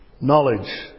knowledge